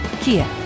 Kia